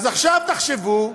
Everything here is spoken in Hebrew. אז עכשיו תחשבו,